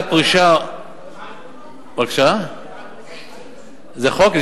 זה חוק?